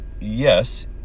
yes